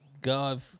God